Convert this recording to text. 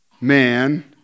man